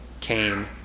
came